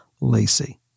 Lacey